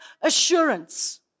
assurance